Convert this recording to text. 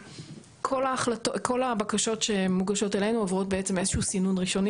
כל הבקשות שמוגשות אלינו עוברות בעצם איזשהו סינון ראשוני,